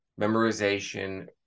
memorization